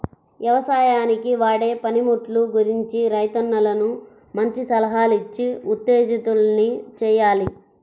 యవసాయానికి వాడే పనిముట్లు గురించి రైతన్నలను మంచి సలహాలిచ్చి ఉత్తేజితుల్ని చెయ్యాలి